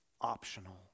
optional